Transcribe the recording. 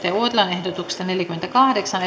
ehdotuksesta neljäkymmentäkahdeksan